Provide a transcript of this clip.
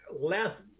last